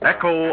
Echo